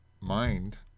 mind